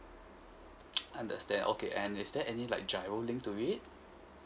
understand okay and is there any like GIRO linked to it